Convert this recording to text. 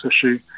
issue